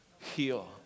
heal